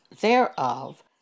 thereof